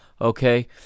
okay